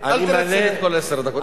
אל תנצל את כל עשר הדקות,